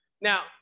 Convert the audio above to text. Now